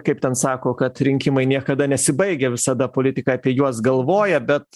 kaip ten sako kad rinkimai niekada nesibaigia visada politika apie juos galvoja bet